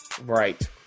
Right